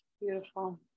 Beautiful